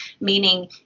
meaning